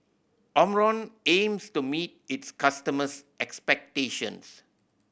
Omron aims to meet its customers' expectations